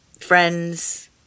friends